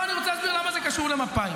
אנחנו מכירים את זה,